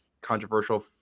controversial